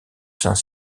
saint